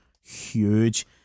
huge